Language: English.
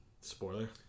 Spoiler